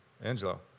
Angelo